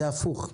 זה הפוך.